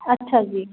ਅੱਛਾ ਜੀ